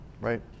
right